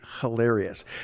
hilarious